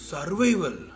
Survival